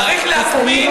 תרשי לי דקה.